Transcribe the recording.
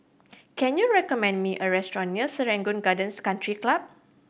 can you recommend me a restaurant near Serangoon Gardens Country Club